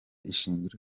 ishingiro